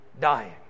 dying